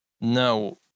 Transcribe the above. No